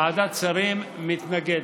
ועדת שרים מתנגדת.